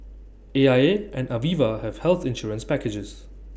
A I A and Aviva have health insurance packages